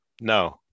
No